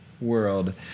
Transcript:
world